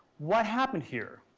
what happened here?